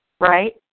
Right